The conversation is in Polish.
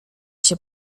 się